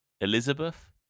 Elizabeth